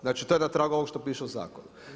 Znači to je na tragu ovog što piše u zakonu.